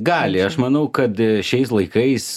gali aš manau kad šiais laikais